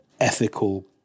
ethical